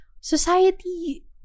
society